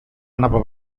anava